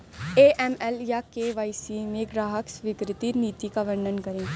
AML या KYC में ग्राहक स्वीकृति नीति का वर्णन करें?